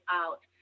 out